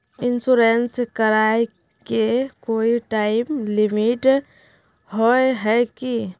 Insurance कराए के कोई टाइम लिमिट होय है की?